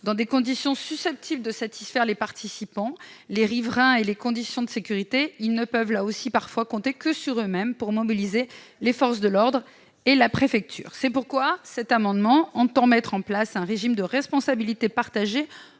dans des conditions susceptibles de satisfaire les participants, les riverains et les conditions de sécurité, ils ne peuvent là aussi parfois compter que sur eux-mêmes pour mobiliser les forces de l'ordre et la préfecture. Cet amendement tend donc à mettre en place un régime de responsabilité partagée